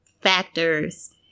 factors